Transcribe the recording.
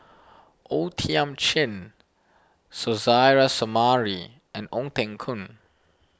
O Thiam Chin Suzairhe Sumari and Ong Teng Koon